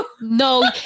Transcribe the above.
No